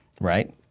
right